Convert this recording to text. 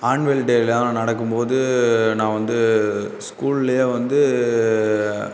annual டேலான் நடக்கும்போது நான் வந்து ஸ்கூல்லில் வந்து